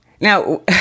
Now